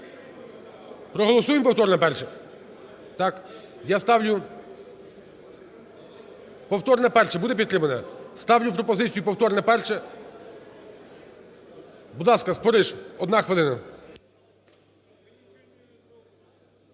Проголосуємо повторне перше? Так, я ставлю. Повторне перше буде підтримане? Ставлю пропозицію повторне перше. Будь ласка, Спориш одна хвилина.